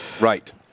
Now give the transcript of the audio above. Right